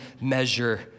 measure